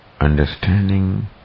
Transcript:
understanding